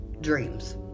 dreams